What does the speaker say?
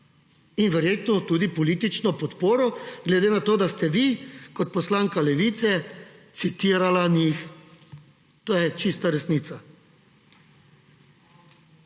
In verjetno tudi politično podporo, glede na to, da ste vi kot poslanka Levice citirali njih. To je čista resnica.